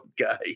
guy